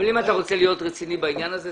אבל אם אתה רוצה להיות רציני בעניין הזה,